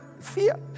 Fear